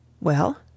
Well